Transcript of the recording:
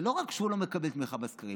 זה לא רק שהוא לא מקבל תמיכה בסקרים,